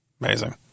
Amazing